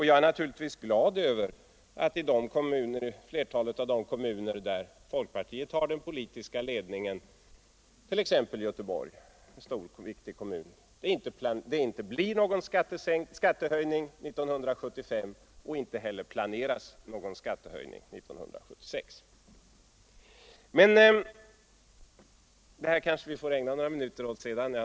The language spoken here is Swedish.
Jag är naturligtvis glad över att det i flertalet av de kommuner där folkpartiet har den politiska ledningen — t.ex. i Göteborg, en stor och viktig kommun =— inte blir någon skattehöjning 1975 och inte heller planeras någon skattehöjning 1976. Men den frågan får vi kanske ägna några minuter åt litet senare.